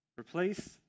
Replace